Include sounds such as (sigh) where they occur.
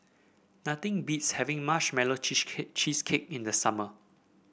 nothing beats having Marshmallow (unintelligible) Cheesecake in the summer